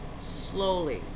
Slowly